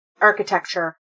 architecture